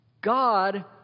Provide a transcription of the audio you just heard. God